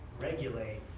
regulate